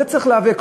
ובזה צריך להיאבק,